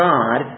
God